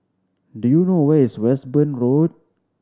do you know where is Westbourne Road